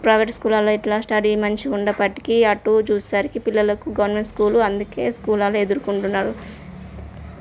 private స్కూలల్లా ఇట్లా study మంచిగా ఉండబట్టికి అటు చూసేసరికి పిల్లలుకు గవర్నమెంట్ స్కూలు అందుకే స్కూలల్లో ఎదుర్కుంటున్నారు